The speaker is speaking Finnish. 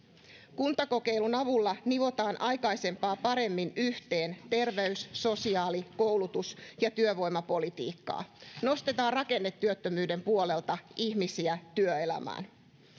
kuntakokeilun avulla nivotaan aikaisempaa paremmin yhteen terveys sosiaali koulutus ja työvoimapolitiikkaa nostetaan rakennetyöttömyyden puolelta ihmisiä työelämään